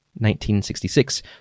1966